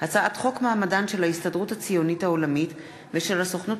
הצעת חוק מעמדן של ההסתדרות הציונית העולמית ושל הסוכנות